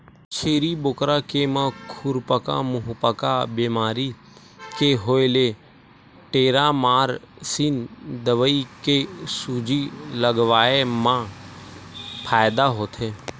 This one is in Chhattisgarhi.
छेरी बोकरा के म खुरपका मुंहपका बेमारी के होय ले टेरामारसिन दवई के सूजी लगवाए मा फायदा होथे